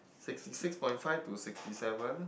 sixty six point five to sixty seven